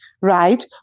right